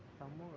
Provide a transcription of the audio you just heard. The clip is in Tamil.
சமம்